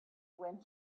when